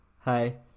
hi